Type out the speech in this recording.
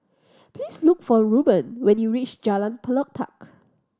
please look for Rueben when you reach Jalan Pelatok